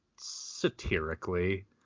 satirically